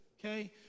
okay